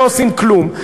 לא עושים כלום.